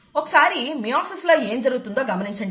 ఒక్కసారి మియోసిస్ లో ఏం జరుగుతోందో గమనించండి